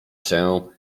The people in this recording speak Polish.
się